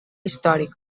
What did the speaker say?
històric